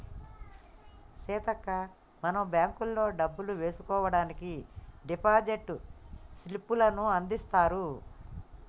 సీతక్క మనం బ్యాంకుల్లో డబ్బులు వేసుకోవడానికి డిపాజిట్ స్లిప్పులను అందిత్తారు